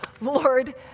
Lord